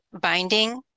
binding